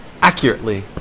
accurately